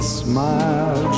smile